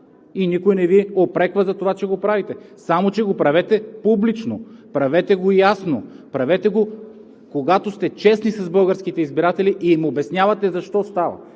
И никой не Ви упреква за това, че го правите. Само че го правете публично, правете го ясно. Правете го, когато сте честни с българските избиратели и им обяснявате защо става.